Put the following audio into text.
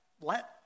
let